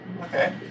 Okay